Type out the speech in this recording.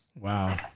Wow